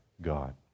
God